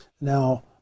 Now